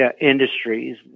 industries